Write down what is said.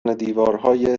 دیوارهای